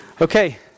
Okay